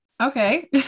Okay